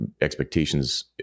expectations